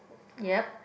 ya